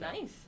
Nice